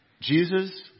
Jesus